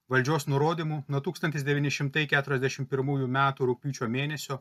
valdžios nurodymu nuo tūkstantis devyni šimtai keturiasdešim pirmųjų metų rugpjūčio mėnesio